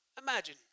Imagine